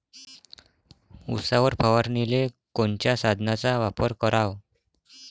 उसावर फवारनीले कोनच्या साधनाचा वापर कराव?